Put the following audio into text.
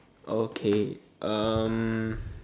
okay um